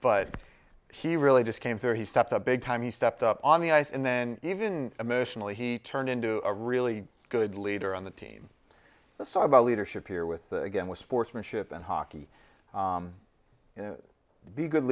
but he really just came through he stepped up big time he stepped up on the ice and then even emotionally he turned into a really good leader on the team let's talk about leadership here with the again with sportsmanship and hockey you know the good